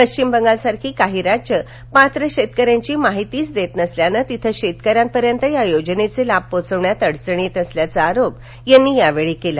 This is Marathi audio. पश्चिम बंगाल सारखी काही राज्यं पात्र शेतकऱ्यांची माहितीच देत नसल्यानं तिथं शेतकऱ्यांपर्यंत या योजनेचे लाभ पोहोचवण्यात अडचण येत असल्याचा आरोप त्यांनी यावेळी केला